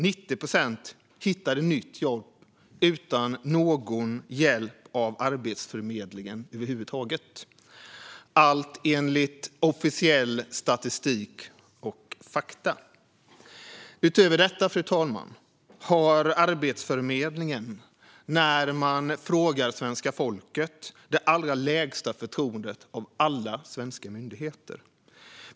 90 procent hittade alltså nytt jobb utan någon hjälp av Arbetsförmedlingen över huvud taget. Allt detta är enligt officiell statistik och fakta. Fru talman! Utöver detta har Arbetsförmedlingen, när man frågar svenska folket, det allra lägsta förtroendet av alla svenska myndigheter.